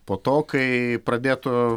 po to kai pradėtų